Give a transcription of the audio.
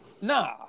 Nah